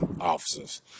officers